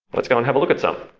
let's go and have a look at some.